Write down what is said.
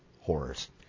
horrors